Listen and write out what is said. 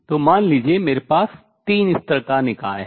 तो मान लीजिए मेरे पास तीन स्तर का निकाय है